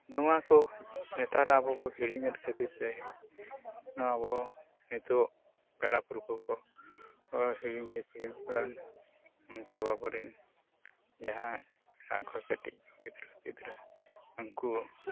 ᱱᱚᱣᱟ ᱠᱚ ᱱᱮᱛᱟᱨ ᱟᱵᱚ ᱵᱚ ᱦᱤᱲᱤᱧᱮᱫ ᱠᱷᱟᱹᱛᱤᱨ ᱛᱮ ᱱᱚᱣᱟ ᱵᱚ ᱱᱤᱛᱳᱜ ᱯᱮᱲᱟ ᱯᱨᱚᱵᱷᱩ ᱠᱚ ᱦᱤᱲᱤᱧ ᱦᱤᱯᱤᱲᱤᱧ ᱠᱟᱱ ᱩᱱᱠᱩ ᱟᱵᱚ ᱨᱮᱱ ᱡᱟᱦᱟᱸ ᱦᱮᱱᱟᱜ ᱠᱚᱣᱟ ᱠᱟᱹᱴᱤᱡ ᱠᱚ ᱜᱤᱫᱽᱨᱟᱹᱼᱯᱤᱫᱽᱨᱟᱹ ᱩᱱᱠᱩ